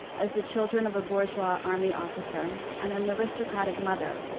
as the children of a bourgeois army officer and an aristocratic mother,